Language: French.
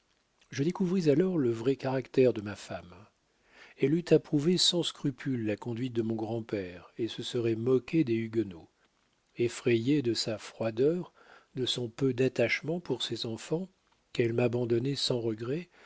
je découvris alors le vrai caractère de ma femme elle eût approuvé sans scrupule la conduite de mon grand-père et se serait moquée des huguenots effrayé de sa froideur de son peu d'attachement pour ses enfants qu'elle m'abandonnait sans regret